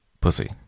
pussy